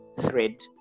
thread